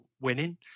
winning